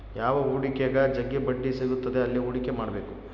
ಯಾವ ಹೂಡಿಕೆಗ ಜಗ್ಗಿ ಬಡ್ಡಿ ಸಿಗುತ್ತದೆ ಅಲ್ಲಿ ಹೂಡಿಕೆ ಮಾಡ್ಬೇಕು